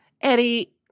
Eddie